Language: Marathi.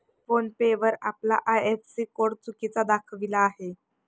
फोन पे वर आपला आय.एफ.एस.सी कोड चुकीचा दाखविला आहे